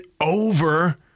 over